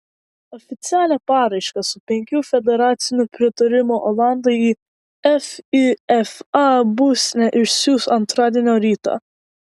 oficialią paraišką su penkių federacijų pritarimu olandai į fifa būstinę išsiųs antradienio rytą